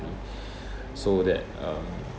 so that um